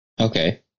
Okay